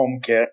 HomeKit